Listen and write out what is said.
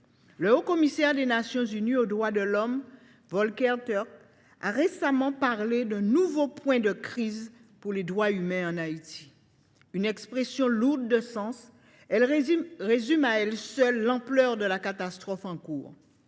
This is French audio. Le Haut Commissaire des Nations unies aux droits de l’homme, M. Volker Türk, a récemment parlé d’un « nouveau point de crise » pour les droits humains en Haïti. Cette expression lourde de sens résume à elle seule l’ampleur de la catastrophe en cours